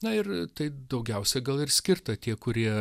na ir tai daugiausia gal ir skirta tie kurie